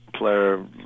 player